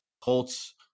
Colts